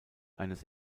eines